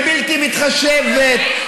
הבלתי-מתחשבת,